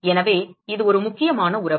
எனவே இது ஒரு முக்கியமான உறவு